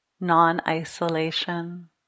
non-isolation